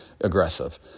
aggressive